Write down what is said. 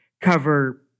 cover